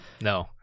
No